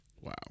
Wow